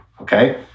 Okay